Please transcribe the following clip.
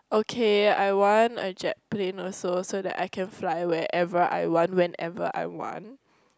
okay I want a jet plane also so that I can fly wherever I want whenever I want